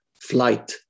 flight